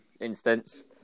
instance